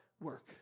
work